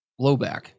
blowback